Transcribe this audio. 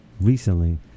recently